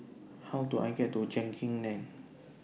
How Do I get to Genting Lane